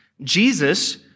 Jesus